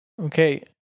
Okay